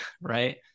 right